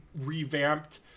revamped